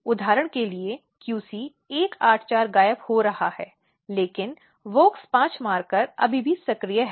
उदाहरण के लिए QC 184 गायब हो रहा है लेकिन WOX5 मार्कर अभी भी सक्रिय है